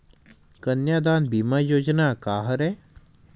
कन्यादान बीमा योजना का हरय?